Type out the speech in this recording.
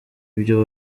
ibyo